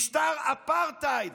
משטר אפרטהייד,